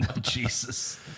Jesus